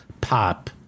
pop